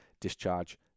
discharge